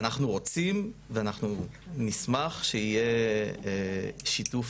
אנחנו רוצים ואנחנו נשמח שיהיה שיתוף